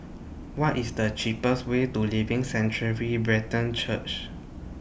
What IS The cheapest Way to Living Sanctuary Brethren Church